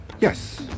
Yes